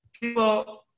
people